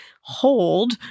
hold